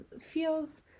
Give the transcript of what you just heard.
feels